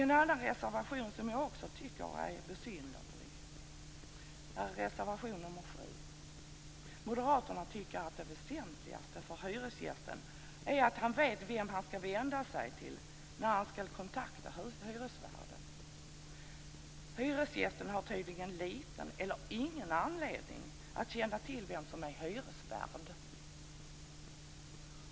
En annan reservation som jag också tycker är besynnerlig är reservation nr 7. Moderaterna tycker att det väsentligaste för hyresgästen är att han vet vem han skall vända sig till när han skall kontakta hyresvärden. Hyresgästen har tydligen liten eller ingen anledning att känna till vem som är hyresvärd.